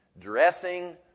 Dressing